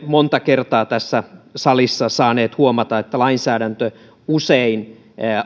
monta kertaa tässä salissa saaneet huomata lainsäädäntö usein